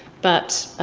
but